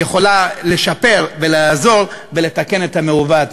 יכול לשפר ולעזור בלתקן את המעוות.